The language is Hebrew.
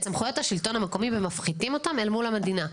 סמכויות השלטון המקומי ומפחיתים אותן אל מול המדינה.